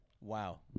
Wow